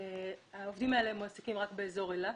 העובדים האלה מועסקים רק באזור אילת,